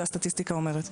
זה הסטטיסטיקה אומרת.